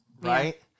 right